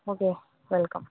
okay welcome